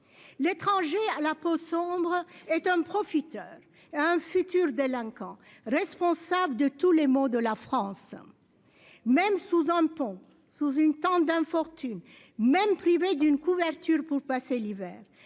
L'étranger à la peau sombre, est un profiteur. Un futur délinquant responsable de tous les maux de la France. Même sous un pont sous une tente d'infortune même privée d'une couverture pour passer l'hiver.